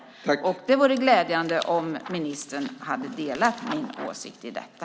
Det hade varit glädjande om ministern hade delat min åsikt i detta.